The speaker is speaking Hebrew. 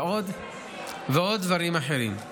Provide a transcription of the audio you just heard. ועוד דברים אחרים.